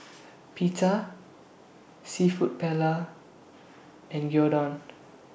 Pita Seafood Paella and Gyudon